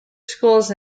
schools